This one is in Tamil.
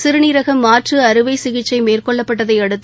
சிறுநீரக மாற்று அறுவை சிகிச்சை மேற்கொள்ளப்பட்டதை அடுத்து